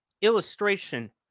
illustration